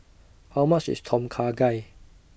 How much IS Tom Kha Gai